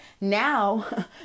now